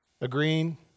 agreeing